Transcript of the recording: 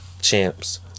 Champs